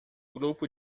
grupo